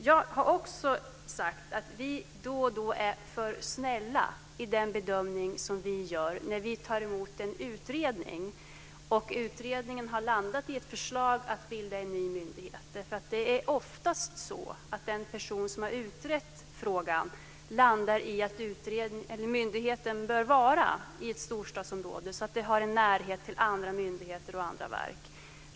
Jag har också sagt att vi då och då är för snälla i den bedömning som vi gör när vi tar emot en utredning och utredningen har landat i ett förslag att bilda en ny myndighet. Oftast har den person som har utrett frågan kommit fram till att myndigheten bör finnas i ett storstadsområde så att den har närhet till andra myndigheter och andra verk.